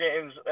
Games